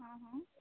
हां हां